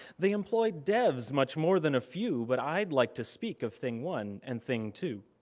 they employ devs, much more than a few, but i'd like to speak of thing one and thing two.